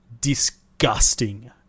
Disgusting